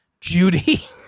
Judy